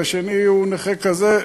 והשני הוא נכה כזה,